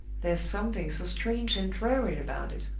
there's something so strange and dreary about it.